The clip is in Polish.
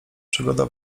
przygoda